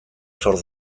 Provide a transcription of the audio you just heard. zor